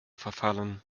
verfallen